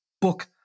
book